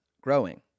growing